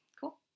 cool